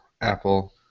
Apple